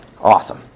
Awesome